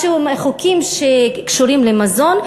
חוקים שקשורים למזון,